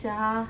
why sia